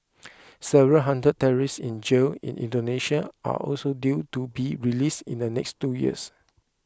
several hundred terrorists in jail in Indonesia are also due to be released in the next two years